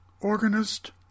organist